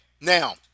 Now